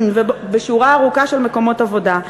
ובשורה ארוכה של מקומות עבודה,